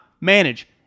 manage